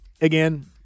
Again